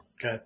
Okay